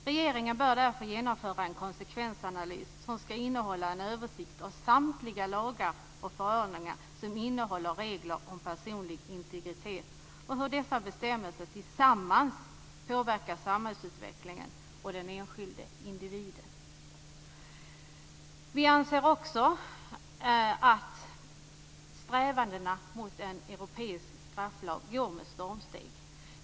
Regeringen bör därför genomföra en konsekvensanalys, som skall innehålla en översikt av samtliga lagar och förordningar som innehåller regler om personlig integritet och hur dessa bestämmelser tillsammans påverkar samhällsutvecklingen och den enskilde individen. Strävandena mot en europeisk strafflag går med stormsteg.